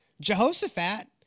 Jehoshaphat